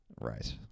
Right